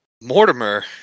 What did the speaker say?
Mortimer